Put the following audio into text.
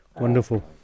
Wonderful